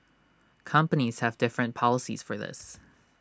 companies have different policies for this